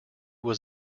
was